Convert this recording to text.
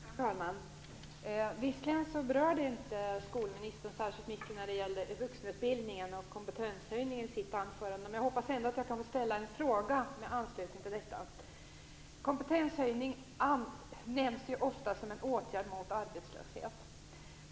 Fru talman! Visserligen berörde skolministern inte vuxenutbildningen och kompetenshöjningen särskilt mycket i sitt anförande. Jag hoppas ändå att jag kan få ställa några frågor i anslutning till detta. Kompetenshöjning nämns ofta som en åtgärd mot arbetslöshet.